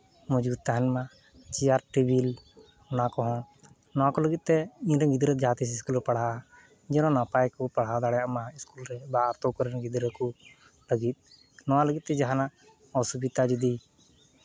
ᱢᱚᱡᱽ ᱜᱮ ᱛᱟᱦᱮᱱ ᱢᱟ ᱪᱮᱭᱟᱨ ᱴᱮᱵᱤᱞ ᱚᱱᱟ ᱠᱚᱦᱚᱸ ᱱᱚᱣᱟ ᱠᱚ ᱞᱟᱹᱜᱤᱫ ᱛᱮ ᱤᱧ ᱨᱮᱱ ᱜᱤᱫᱽᱨᱟᱹ ᱡᱟᱦᱟᱸ ᱛᱷᱤᱥᱤᱥ ᱜᱮᱞᱮ ᱯᱟᱲᱦᱟᱜ ᱡᱮᱱᱚ ᱱᱟᱯᱟᱭ ᱠᱚ ᱯᱟᱲᱦᱟᱣ ᱫᱟᱲᱮᱭᱟᱜ ᱢᱟ ᱥᱠᱩᱞ ᱨᱮ ᱵᱟ ᱟᱛᱳ ᱠᱚᱨᱮᱱ ᱜᱤᱫᱽᱨᱟᱹ ᱠᱚ ᱞᱟᱹᱜᱤᱫ ᱱᱚᱣᱟ ᱞᱟᱹᱜᱤᱫ ᱛᱮ ᱡᱟᱦᱟᱱᱟᱜ ᱚᱥᱩᱵᱤᱫᱟ ᱡᱩᱫᱤ